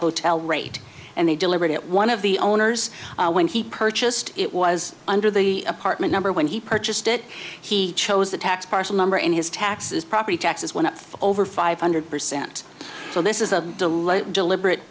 hotel rate and they delivered it one of the owners when he purchased it was under the apartment number when he purchased it he chose the tax parcel number in his taxes property taxes went up over five hundred percent so this is a delight deliberate